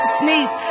sneeze